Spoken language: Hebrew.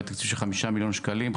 בתקציב של חמישה מיליון שקלים,